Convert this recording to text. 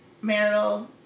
marital